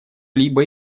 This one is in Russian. либо